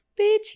Bitch